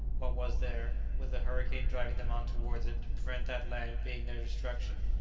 what was there, with a hurricane driving them on towards it, to prevent that land being their destruction?